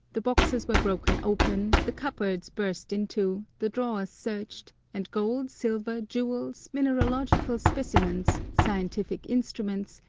the boxes were broken open, the cupboards burst into, the drawers searched, and gold, silver, jewels, mineralogical specimens, scientific instruments,